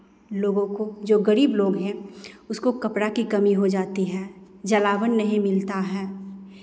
लोगों को जो गरीब लोग हैं उसको कपड़ा की कमी हो जाती है जलावन नहीं मिलता है